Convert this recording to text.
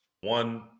One